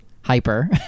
hyper